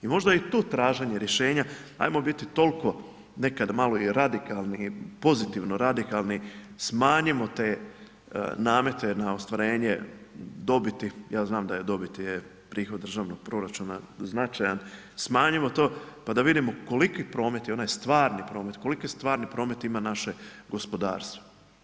I možda je i tu traženje rješenja, ajmo biti toliko nekad malo i radikalni, pozitivno radikalni smanjimo te namete na ostvarenje dobiti, ja znam da je dobit prihod državnog proračuna značajan, smanjimo to pa da vidimo koliki promet je onaj stvarni promet, koliki stvarni promet ima naše gospodarstvo.